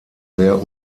sehr